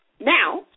now